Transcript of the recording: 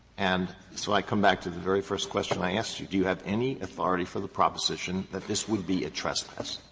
and so i come back to the very first question i asked you, do you have any authority for the proposition that this would be a trespass?